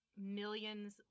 millions